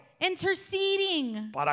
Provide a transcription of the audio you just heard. Interceding